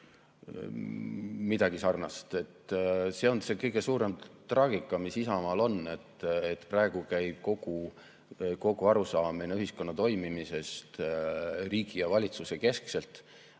midagi sarnast. See on see kõige suurem traagika, mis Isamaal on, et praegu käib kogu arusaamine ühiskonna toimimisest riigi ja valitsuse keskselt,